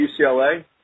UCLA